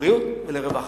לבריאות ולרווחה.